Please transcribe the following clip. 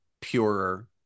purer